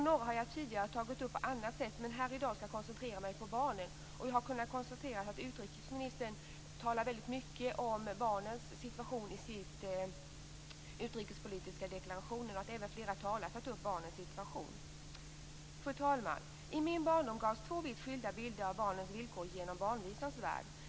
Några har jag tidigare tagit upp på annat sätt, men här i dag skall jag koncentrera mig på barnen. Jag har kunnat konstatera att utrikesministern talade väldigt mycket om barnens situation i den utrikespolitiska deklarationen, och även flera andra talare har tagit upp barnens situation. Fru talman! I min barndom gavs två vitt skilda bilder av barnens villkor genom barnvisans värld.